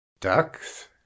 ducks